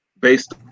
based